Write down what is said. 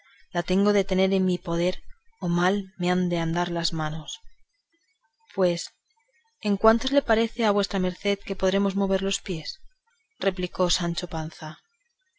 la tengo de tener en mi poder o mal me han de andar las manos pues en cuántos le parece a vuestra merced que podremos mover los pies replicó sancho panza